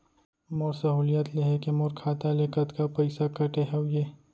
मोर सहुलियत लेहे के मोर खाता ले कतका पइसा कटे हवये?